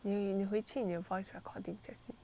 你你回去你的 voice recording jessie